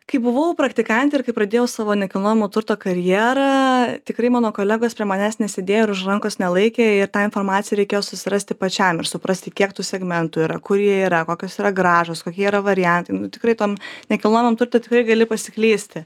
kai buvau praktikantė ir kai pradėjau savo nekilnojamo turto karjerą tikrai mano kolegos prie manęs nesėdėjo ir už rankos nelaikė ir tą informaciją reikėjo susirasti pačiam ir suprasti kiek tų segmentų yra kur jie yra kokios yra grąžos kokie yra variantai nu tikrai tam nekilnojamam turte tikrai gali pasiklysti